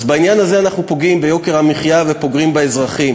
אז בעניין הזה אנחנו פוגעים ביוקר המחיה ופוגעים באזרחים.